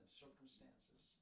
circumstances